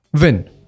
win